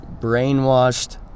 brainwashed